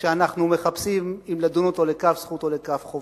כשאנחנו מחפשים אם לדון אותו לכף זכות או לכף חובה.